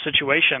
situation